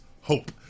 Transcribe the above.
Hope